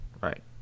right